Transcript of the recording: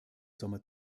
sommer